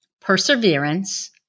perseverance